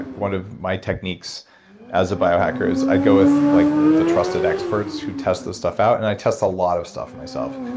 one of my techniques as a bio-hacker is, i go with like the trusted experts who test the stuff out, and i test a lot of stuff myself.